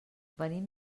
venim